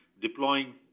deploying